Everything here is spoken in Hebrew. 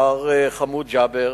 מר חמוד ג'אבר.